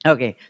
Okay